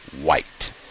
white